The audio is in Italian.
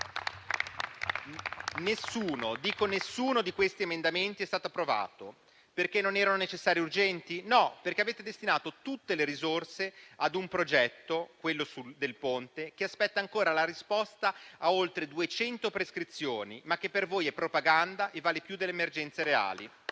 dico nessuno di questi emendamenti è stato approvato. Perché non erano necessari e urgenti? No: perché avete destinato tutte le risorse a un progetto, quello del Ponte, che aspetta ancora la risposta a oltre 200 prescrizioni, ma che per voi è propaganda e vale più delle emergenze reali.